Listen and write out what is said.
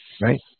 Right